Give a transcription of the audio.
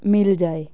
ਮਿਲ ਜਾਵੇ